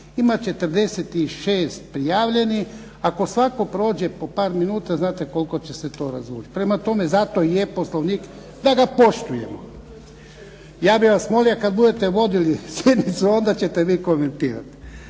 ima 46 prijavljenih ako svatko prođe po par minuta, znate koliko će se to razvući. Prema tome, zato je Poslovnik da ga poštujemo. Ja bih vas molio kada budete vodili sjednicu vi onda ćete vi komentirati.